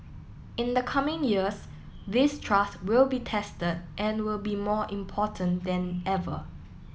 in the coming years this trust will be tested and will be more important than ever